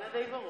איך אתה יודע?